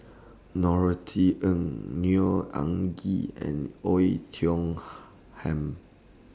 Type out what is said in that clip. Norothy Ng Neo Anngee and Oei Tiong Ham